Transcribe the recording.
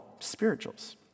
spirituals